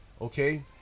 Okay